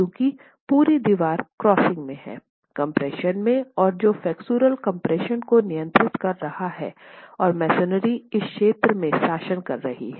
क्योंकि पूरी दीवार क्रॉसिंग में है कम्प्रेशन में और जो फ्लेक्सोरल कम्प्रेशन को नियंत्रित कर रहा है और मसोनरी इस क्षेत्र में शासन कर रही हैं